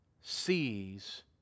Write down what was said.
sees